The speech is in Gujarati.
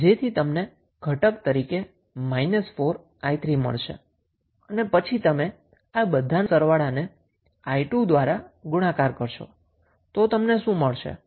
જેથી તમને ઘટક તરીકે −4𝑖3 મળશે અને પછી તમે આ બધાનો સરવાળાને 𝑖2 દ્વારા ગુણાકાર કરશો તો તમને શું મળશે